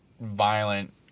violent